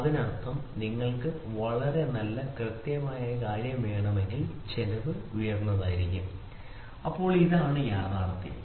അതിനർത്ഥം നിങ്ങൾക്ക് വളരെ നല്ല കൃത്യമായ കാര്യം വേണമെങ്കിൽ ചെലവ് ഉയർന്നതായിരിക്കും ശരി ഇതാണ് യാഥാർത്ഥ്യം